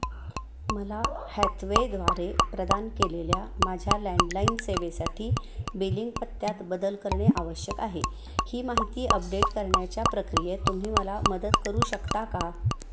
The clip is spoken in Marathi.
मला हॅथवेद्वारे प्रदान केलेल्या माझ्या लँडलाइन सेवेसाठी बिलिंग पत्त्यात बदल करणे आवश्यक आहे ही माहिती अपडेट करण्याच्या प्रक्रियेत तुम्ही मला मदत करू शकता का